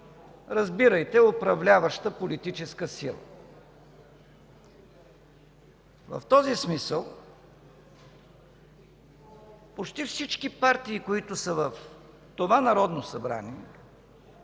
разбирайте управляваща, политическа сила. В този смисъл почти всички партии, които са в това Народно събрание,